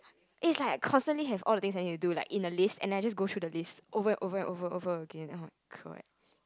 it's like I constantly have all the things I need to do like in a list and I just go through the list over and over and over over again oh-my-god